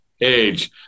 age